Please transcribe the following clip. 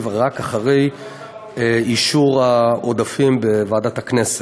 רק אחרי אישור העודפים בוועדת הכנסת.